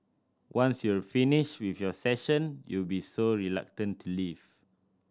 once you're finished with your session you'll be so reluctant to leave